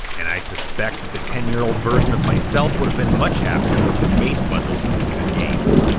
and i suspect that the ten year old version of myself would have been much happier with the base bundle's included games.